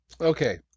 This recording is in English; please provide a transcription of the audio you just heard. okay